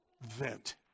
vent